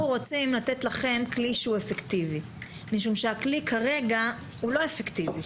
אנחנו רוצים לתת לכם כלי אפקטיבי משום שהכלי כרגע לא אפקטיבי.